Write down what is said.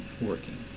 working